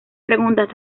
preguntas